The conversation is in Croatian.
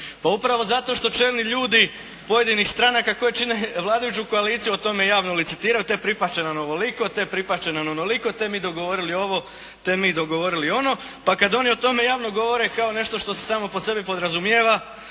Pa upravo zato što čelni ljudi pojedinih stranaka koji čine vladajuću koaliciju o tome javno licitiraju, te pripasti će nam ovoliko, te pripasti će nam onoliko, te mi dogovorili ovo, te mi dogovorili ono. Pa kada oni o tome javno govore kao nešto što se samo po sebi podrazumijeva,